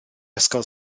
ysgol